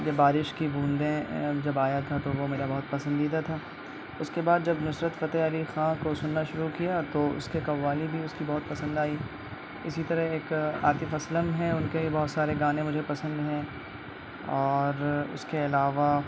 یہ بارش کی بوندیں جب آیا تھا تو وہ میرا بہت پسندیدہ تھا اس کے بعد جب نصرت فتح علی خاں کو سننا شروع کیا تو اس کے قوالی بھی اس کی بہت پسند آئی اسی طرح ایک عاطف اسلم ہیں ان کے بھی بہت سارے گانے مجھے پسند ہیں اور اس کے علاوہ